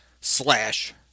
slash